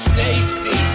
Stacy